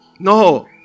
No